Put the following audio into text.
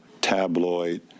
tabloid